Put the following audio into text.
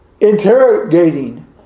interrogating